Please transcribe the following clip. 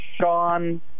Sean